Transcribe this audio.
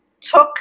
took